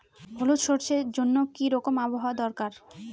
হলুদ সরষে জন্য কি রকম আবহাওয়ার দরকার?